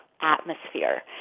atmosphere